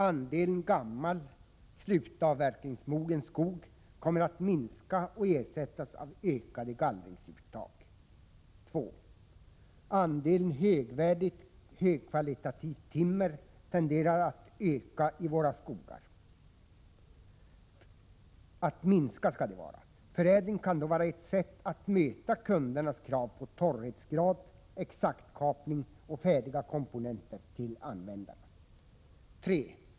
Andelen gammal slutavverkningsmogen skog kommer att minska och ersättas av ökade gallringsuttag. 2. Andelen högvärdigt högkvalitativt timmer tenderar att minska i våra skogar. Förädling kan då vara ett sätt att möta kundernas krav på torrhetsgrad, exaktkapning och färdiga komponenter till användarna. 3.